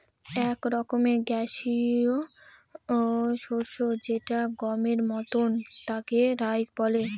এক রকমের গ্যাসীয় শস্য যেটা গমের মতন তাকে রায় বলে